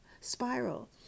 spiral